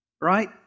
right